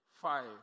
Five